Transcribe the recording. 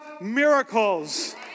miracles